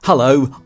Hello